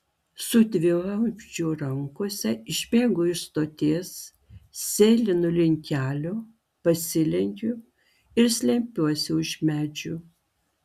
su dvivamzdžiu rankose išbėgu iš stoties sėlinu link kelio pasilenkiu ir slepiuosi už medžių